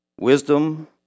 Wisdom